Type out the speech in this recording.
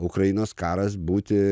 ukrainos karas būti